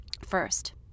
first